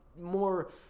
more